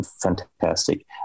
fantastic